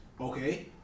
Okay